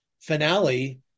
finale